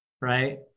right